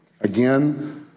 Again